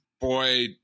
boy